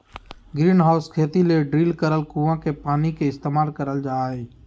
greenhouse खेती ले drill करल कुआँ के पानी के इस्तेमाल करल जा हय